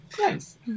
nice